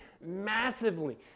massively